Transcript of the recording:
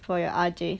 for your R J